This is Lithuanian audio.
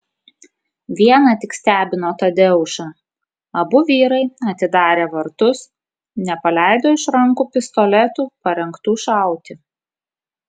viena tik stebino tadeušą abu vyrai atidarę vartus nepaleido iš rankų pistoletų parengtų šauti